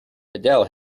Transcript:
adele